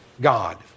God